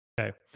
Okay